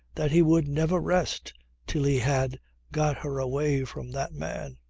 that he would never rest till he had got her away from that man.